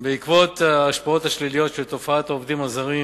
בעקבות ההשפעות השליליות של תופעת העובדים הזרים